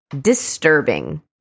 disturbing